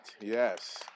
yes